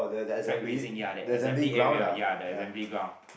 flat raising ya that assembly area ya the assembly ground